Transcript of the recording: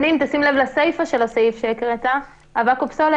כמובן אם מישהו עושה מסיבה באמצע הלילה על